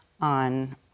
on